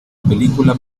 película